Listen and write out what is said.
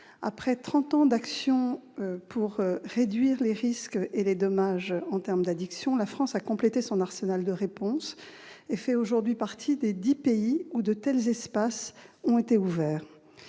Après trente ans d'action pour réduire les risques et les dommages en termes d'addictions, la France a complété son arsenal de réponses et fait aujourd'hui partie des dix pays où de tels espaces ont été ouverts.